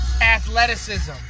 athleticism